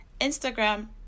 instagram